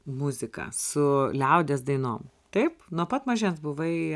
muzika su liaudies dainom taip nuo pat mažens buvai